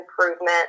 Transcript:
improvement